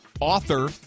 author